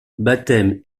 baptêmes